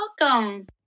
welcome